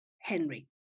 Henry